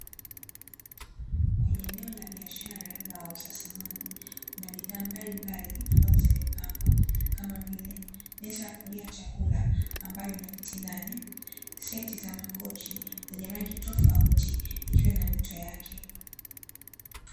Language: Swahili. Kwenye eneo la biashara la wauza samani, kuna bidhaa mbalimbali ambazo zimepangwa, kama vile: meza ya kulia chakula ambayo ina viti nane, seti za makochi zenye rangi tofauti, ikiwa na mito yake.